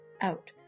out